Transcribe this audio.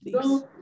please